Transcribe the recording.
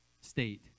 state